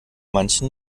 manchen